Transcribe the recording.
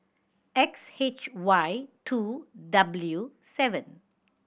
X H Y two W seven